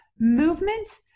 movement